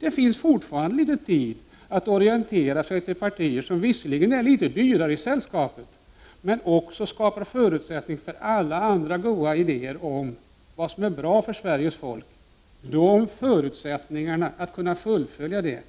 Det finns fortfarande litet tid att orientera sig till partier som visserligen är litet dyrare i sällskapet men också skapar förutsättningar för alla goda idéer om vad som är bra för Sveriges folk. Förutsättningarna att fullfölja det